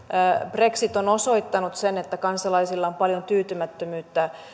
brexit on osoittanut sen että kansalaisilla on paljon tyytymättömyyttä